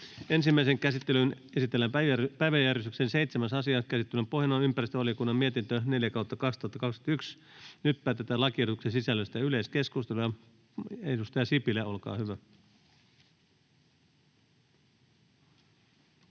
Ensimmäiseen käsittelyyn esitellään päiväjärjestyksen 8. asia. Käsittelyn pohjana on ympäristövaliokunnan mietintö YmVM 5/2021 vp. Nyt päätetään lakiehdotuksen sisällöstä. — Yleiskeskustelu. Edustaja Sipilä, olkaa hyvä. [Speech